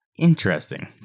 Interesting